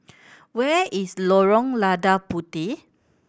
where is Lorong Lada Puteh